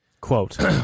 Quote